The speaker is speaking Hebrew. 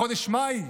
בחודש מאי,